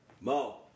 Mo